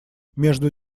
между